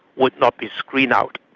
would not be screened out.